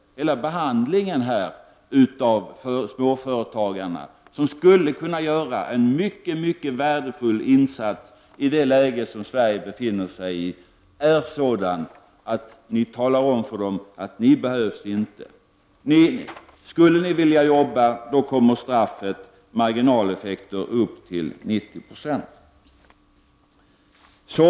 Hela behandlingen av småföretagarna i detta sammanhang, som skulle kunna göra en mycket värdefull insats i det läge som Sverige befinner sig i, är sådan att socialdemokraterna talar om för dem att de inte behövs. Om de skulle vilja jobba kommer straffet, marginaleffekter upp till 90 926.